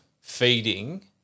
feeding